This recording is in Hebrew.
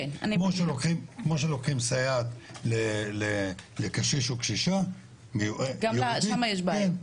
כמו שלוקחים סייעת לקשיש או קשישה --- גם שם יש בעיות.